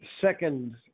second